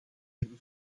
hebben